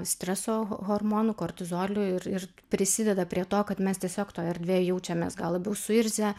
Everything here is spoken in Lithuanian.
streso ho hormonu kortizoliu ir ir prisideda prie to kad mes tiesiog toj erdvėj jaučiamės gal labiau suirzę